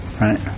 Right